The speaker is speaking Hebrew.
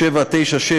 התשע"ז 2017,